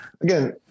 again